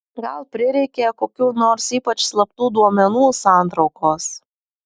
gal prireikė kokių nors ypač slaptų duomenų santraukos